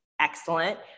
excellent